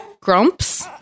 Grumps